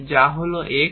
যা হল x এবং t